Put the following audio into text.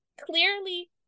clearly